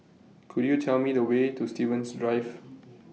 Could YOU Tell Me The Way to Stevens Drive